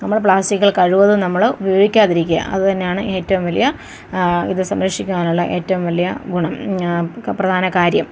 നമ്മള് പ്ലാസ്റ്റിക്കുകൾ കഴിവതും നമ്മള് ഉപയോഗിക്കാതിരിക്കുക അതുതന്നെയാണ് ഏറ്റവും വലിയ ഇത് സംരക്ഷിക്കാനുള്ള ഏറ്റവും വലിയ ഗുണം പ്രധാനകാര്യം